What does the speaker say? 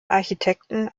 architekten